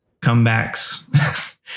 comebacks